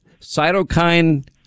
cytokine